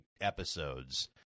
episodes